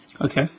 Okay